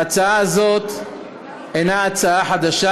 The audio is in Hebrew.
ההצעה הזאת אינה הצעה חדשה,